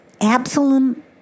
Absalom